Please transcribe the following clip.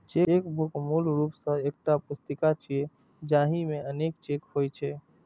chequebook मूल रूप सं एकटा पुस्तिका छियै, जाहि मे अनेक चेक होइ छै